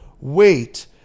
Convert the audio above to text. wait